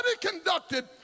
conducted